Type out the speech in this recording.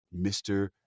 Mr